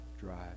drive